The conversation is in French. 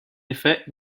effet